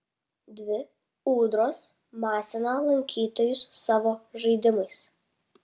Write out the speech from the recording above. dvi ūdros masina lankytojus savo žaidimais